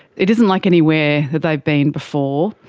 it isn't like anywhere that they've been before,